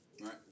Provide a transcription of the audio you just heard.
right